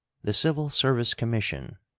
the civil service commission,